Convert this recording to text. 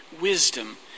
Wisdom